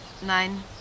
Nein